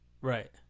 right